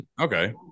Okay